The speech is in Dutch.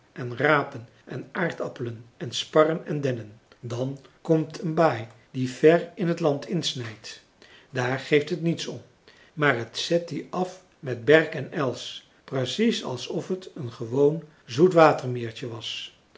en rapen en aardappelen en sparren en dennen dan komt een baai die ver in t land insnijdt daar geeft het niets om maar t zet die af met berk en els precies alsof t een gewoon zoetwatermeertje was